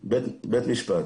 בית-משפט.